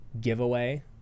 giveaway